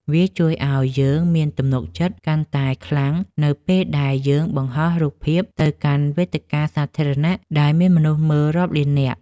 វាជួយឱ្យយើងមានទំនុកចិត្តកាន់តែខ្លាំងនៅពេលដែលយើងបង្ហោះរូបភាពទៅកាន់វេទិកាសាធារណៈដែលមានមនុស្សមើលរាប់លាននាក់។